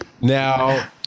Now